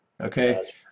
okay